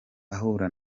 ahura